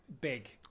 big